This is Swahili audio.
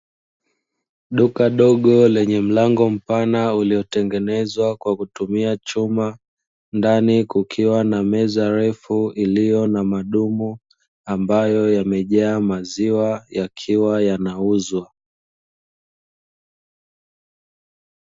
Duka dogo lenye mlango mpana uliotengenezwa kwa kutumia chuma, ndani kukiwa na meza refu iliyo na madumu ambayo, yamejaa maziwa yakiwa yanauzwa.